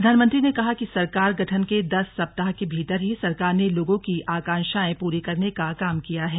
प्रधानमंत्री ने कहा कि सरकार गठन के दस सप्ताह के भीतर ही सरकार ने लोगों की आकांक्षाएं पूरी करने का काम किया है